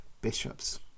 bishops